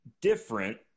different